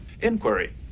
Inquiry